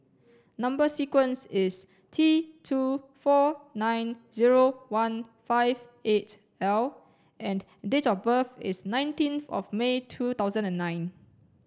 number sequence is T two four nine zero one five eight L and date of birth is nineteenth of May two thousand and nine